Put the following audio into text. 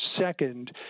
second